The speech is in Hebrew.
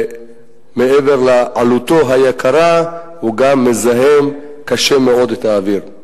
מעבר לעלות הגבוהה, הם גם מזהמים מאוד את האוויר.